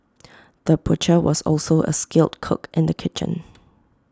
the butcher was also A skilled cook in the kitchen